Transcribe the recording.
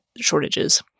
shortages